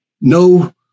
no